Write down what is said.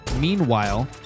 Meanwhile